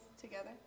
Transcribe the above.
together